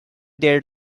there